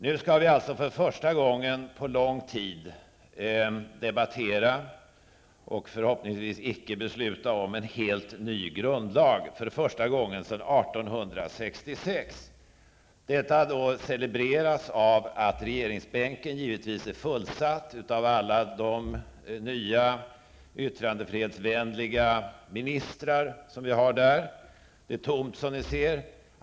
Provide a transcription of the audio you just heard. Nu skall vi således för första gången på lång tid debattera och förhoppningsvis icke besluta om en helt ny grundlag. Det är första gången sedan 1866. Detta borde givetvis celebreras av att regeringsbänken är fullsatt av alla de nya yttrandefrihetsvänliga ministrar som finns. Det är tomt som ni ser.